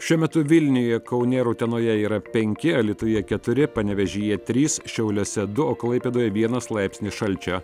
šiuo metu vilniuje kaune ir utenoje yra penki alytuje keturi panevėžyje trys šiauliuose du o klaipėdoje vienas laipsnis šalčio